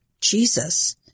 Jesus